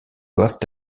doivent